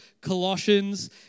Colossians